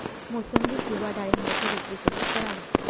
मोसंबी किंवा डाळिंबाची विक्री कशी करावी?